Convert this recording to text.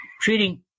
treating